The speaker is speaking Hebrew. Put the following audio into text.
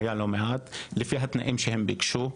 כי היו לא מעט מקומות שהתאימו לתנאים שהם ביקשו.